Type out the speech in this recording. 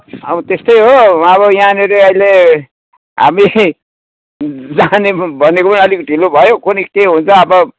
अब त्यस्तै हो अब यहाँनेरि अहिले बेसी जाने भनेको पनि अलिक ढिलो भयो कुनि के हुन्छ अब